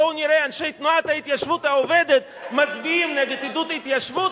בואו נראה אנשי תנועת ההתיישבות העובדת מצביעים נגד עידוד ההתיישבות,